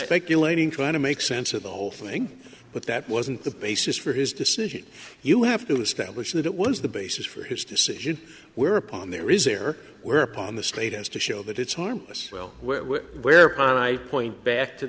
speculating trying to make sense of the whole thing but that wasn't the basis for his decision you have to establish that it was the basis for his decision whereupon there is there were up on the slate as to show that it's harmless well where high point back to